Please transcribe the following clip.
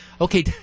okay